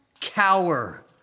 cower